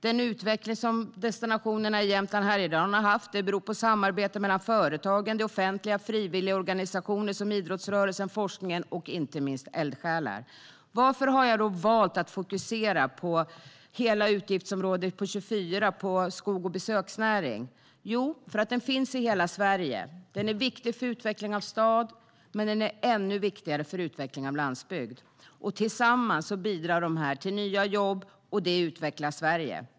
Den utveckling som destinationerna i Jämtland och Härjedalen har haft beror på samarbete mellan företagen, det offentliga, frivilligorganisationer som idrottsrörelsen, forskningen och inte minst eldsjälar. Varför har jag då valt att fokusera hela utgiftsområde 24 på skogen och besöksnäringen? Jo, det har jag gjort för att de finns i hela Sverige. De är viktiga för utvecklingen av stad, men de är ännu viktigare för utveckling av landsbygd. Tillsammans bidrar de till nya jobb, och det utvecklar Sverige.